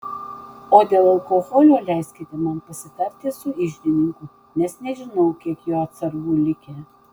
o dėl alkoholio leiskite man pasitarti su iždininku nes nežinau kiek jo atsargų likę